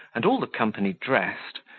and all the company dressed,